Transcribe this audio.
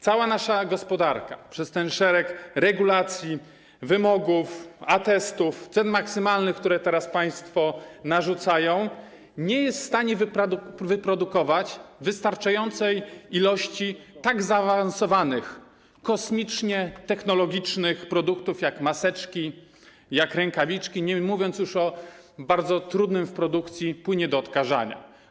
Cała nasza gospodarka przez ten szereg regulacji, wymogów, atestów, cen maksymalnych, które teraz państwo narzucają, nie jest w stanie wyprodukować wystarczającej ilości tak zaawansowanych kosmicznie technologicznych produktów jak maseczki, jak rękawiczki, nie mówiąc już o bardzo trudnym w produkcji płynie do odkażania.